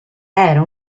era